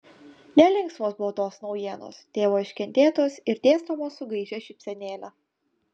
nelinksmos buvo tos naujienos tėvo iškentėtos ir dėstomos su gaižia šypsenėle